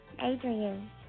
Adrian